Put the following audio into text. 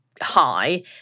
high